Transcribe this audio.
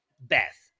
Beth